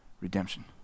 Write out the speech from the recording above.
redemption